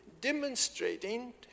demonstrating